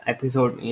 Episode